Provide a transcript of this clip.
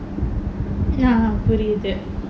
ya புரியுது:puriyuthu